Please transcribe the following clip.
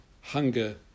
hunger